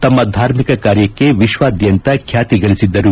ತಮ್ಮ ಧಾರ್ಮಿಕ ಕಾರ್ಯಕ್ಕೆ ವಿಶ್ವಾದ್ಯಂತ ಖ್ಯಾತಿಗಳಿಸಿದ್ದರು